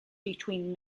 between